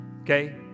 okay